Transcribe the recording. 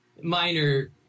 minor